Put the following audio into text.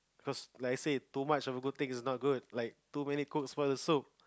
cause like I say too much of a good thing is not a good thing like too many cooks for a soup